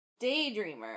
daydreamer